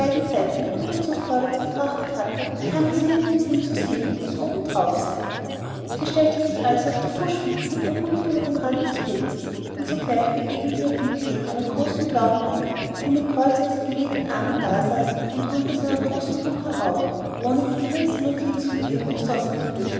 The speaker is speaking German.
seiten rückwärts und vorwärts betrachtet hatte kam es ihr in den sinn zu sehen was oben darauf sei sie stellte sich also auf die fußspitzen und guckte über den rand des pilzes und sogleich begegnete ihr blick dem einer großen blauen raupe die mit kreuzweise gelegten armen da saß und ruhig aus einer großen huhka rauchte ohne die geringste notiz von ihr noch sonst